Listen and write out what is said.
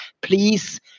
please